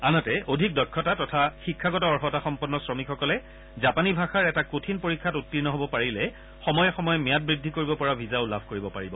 আনহাতে অধিক দক্ষতা তথা শিক্ষাগত অৰ্হতাসম্পন্ন শ্ৰমিকসকলে জাপানী ভাষাৰ এটা কঠিন পৰীক্ষাত উত্তীৰ্ণ হ'ব পাৰিলে সময়ে ম্যাদ বৃদ্ধি কৰিব পৰা ভিছাও লাভ কৰিব পাৰিব